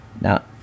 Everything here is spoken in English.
Now